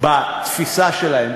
בתפיסה שלהן,